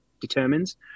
determines